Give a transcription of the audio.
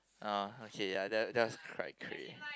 ah okay ya that that was quite cray